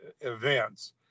events